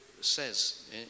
says